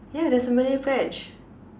yeah there's a Malay pledge